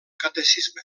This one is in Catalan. catecisme